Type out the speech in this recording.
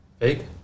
Fake